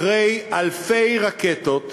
אחרי אלפי רקטות,